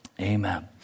amen